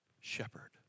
shepherd